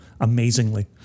amazingly